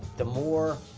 the more